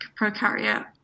prokaryote